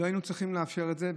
ולא היינו צריכים לאפשר את זה.